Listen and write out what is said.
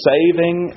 Saving